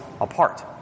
apart